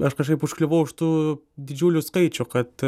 aš kažkaip užkliuvau už tų didžiulių skaičių kad